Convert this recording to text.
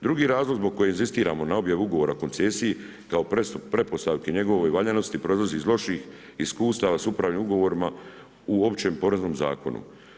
Drugi razlog zbog kojeg inzistiramo na objavu ugovora koncesiji kao pretpostavki njegovoj valjanosti, proizlazi iz loših iskustava sa upravljanjem ugovorima u Općem poreznom zakonu.